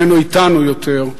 הוא איננו אתנו יותר.